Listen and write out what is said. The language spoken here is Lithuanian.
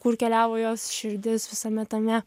kur keliavo jos širdis visame tame